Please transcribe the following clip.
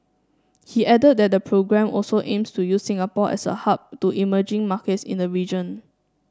he added that the programme also aims to use Singapore as a hub to emerging markets in the region